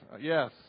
Yes